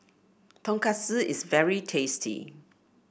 tonkatsu is very tasty